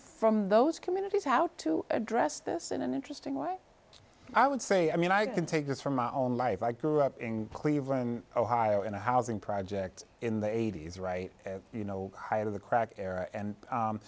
from those communities how to address this in an interesting way i would say i mean i can take this from my own life i grew up in cleveland ohio in a housing project in the eighty's right you know of the crack era and